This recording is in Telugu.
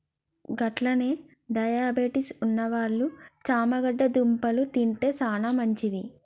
గట్లనే డయాబెటిస్ ఉన్నవాళ్ళు చేమగడ్డ దుంపలు తింటే సానా మంచిది